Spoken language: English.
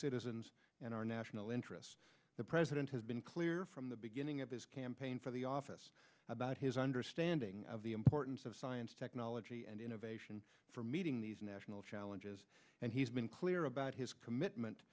citizens and our national interests the president has been clear from the beginning of his campaign for the office about his understanding of the importance of science technology and innovation for meeting these national challenges and he's been clear about his commitment